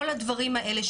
ועם כל הדברים האלה,